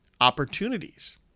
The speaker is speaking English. opportunities